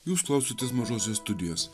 jūs klausėtės mažosios studijos